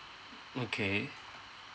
okay